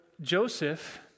Joseph